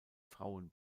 frauen